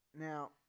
Now